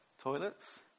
Toilets